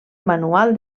manual